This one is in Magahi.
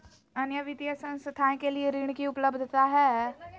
अन्य वित्तीय संस्थाएं के लिए ऋण की उपलब्धता है?